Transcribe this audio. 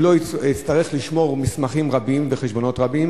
הוא לא יצטרך לשמור מסמכים רבים וחשבונות רבים.